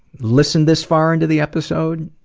listened this far into the episode,